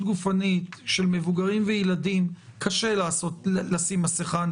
גופנית של מבוגרים וילדים קשה לשים מסכה,